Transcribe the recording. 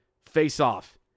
Face-off